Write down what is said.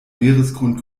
meeresgrund